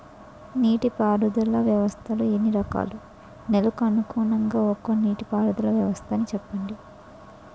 నీటి పారుదల వ్యవస్థలు ఎన్ని రకాలు? నెలకు అనుగుణంగా ఒక్కో నీటిపారుదల వ్వస్థ నీ చెప్పండి?